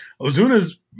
Ozuna's